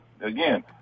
again